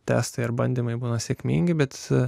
testai ir bandymai būna sėkmingi bet